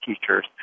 teachers